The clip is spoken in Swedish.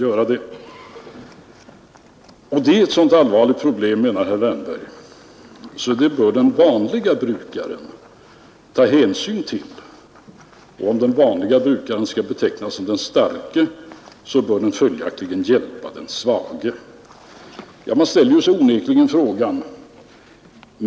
Detta menar herr Wärnberg är ett så allvarligt problem att den vanlige brukaren bör ta hänsyn till det. Om den vanlige brukaren skall betecknas som den starke, bör han följaktligen hjälpa den svage. Ja, det är en fråga som man onekligen kan ställa.